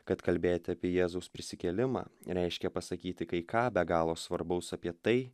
kad kalbėti apie jėzaus prisikėlimą reiškia pasakyti kai ką be galo svarbaus apie tai